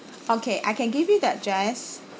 okay I can give you the address